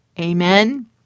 Amen